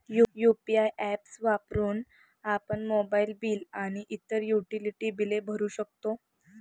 UPI apps वापरून आपण mobile bill आणि इतर युटिलिटी बिले भरू शकतो